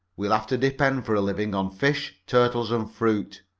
we'll have to depend for a living on fish, turtles, and fruit.